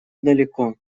далеко